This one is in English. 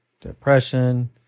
depression